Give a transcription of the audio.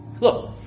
Look